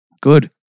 good